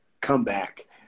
comeback